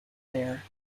there